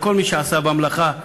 לכל מי שעשה במלאכה.